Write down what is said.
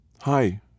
Hi